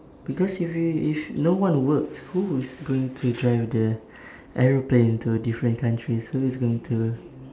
because if you if no one works who is going to drive the airplane to different countries who is going to